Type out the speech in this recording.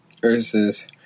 Versus